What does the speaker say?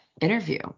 interview